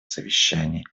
совещаний